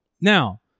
Now